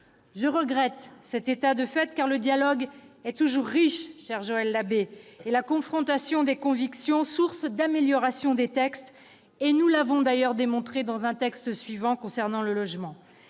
Je regrette cet état de fait, car le dialogue est toujours riche, cher Joël Labbé, et la confrontation des convictions source d'amélioration des textes- nous l'avons d'ailleurs démontré à propos du projet de loi ÉLAN.